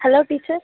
hello teacher